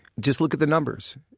just look at the numbers.